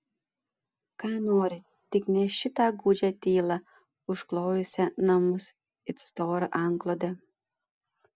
ką nori tik ne šitą gūdžią tylą užklojusią namus it stora antklode